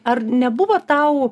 ar nebuvo tau